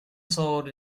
sold